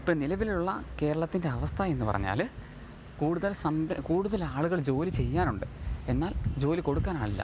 ഇപ്പം നിലവിലുള്ള കേരളത്തിൻറ്റെ അവസ്ഥ എന്നു പറഞ്ഞാൽ കൂടുതൽ സംഭ്ര കൂടുതൽ ആളുകൾ ജോലി ചെയ്യാനുണ്ട് എന്നാൽ ജോലി കൊടുക്കാൻ ആളില്ല